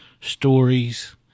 stories